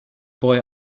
boy